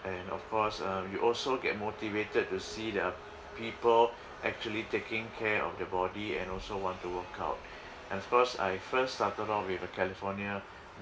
and of course uh you also get motivated to see the people actually taking care of their body and also want to workout and of course I first started off with uh california